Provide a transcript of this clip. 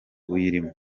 uyirimo